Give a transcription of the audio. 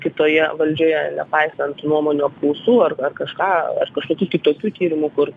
kitoje valdžioje nepaisant nuomonių apklausų ar ar kažką ar kažkokių kitokių tyrimų kur